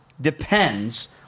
depends